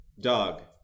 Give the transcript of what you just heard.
Dog